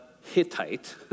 Hittite